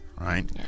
right